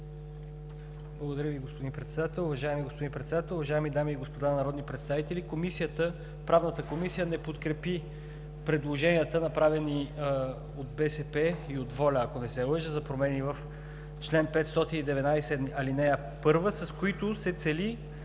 Благодаря Ви, господин Председател. Уважаеми господин Председател, уважаеми дами и господа народни представители! Правната комисия не прие предложенията, направени от БСП и от „Воля“, ако не се лъжа, за промени в чл. 519, ал. 1, с които се цели